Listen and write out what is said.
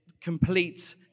complete